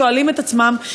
שואלים את עצמם,